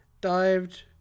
dived